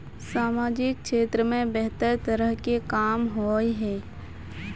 सामाजिक क्षेत्र में बेहतर तरह के काम होय है?